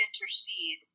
intercede